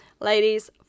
ladies